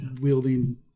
wielding